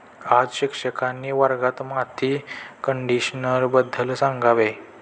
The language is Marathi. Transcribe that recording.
आज शिक्षकांनी वर्गात माती कंडिशनरबद्दल सांगावे